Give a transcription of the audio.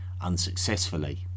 unsuccessfully